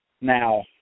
Now